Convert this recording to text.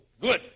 Good